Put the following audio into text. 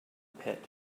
pit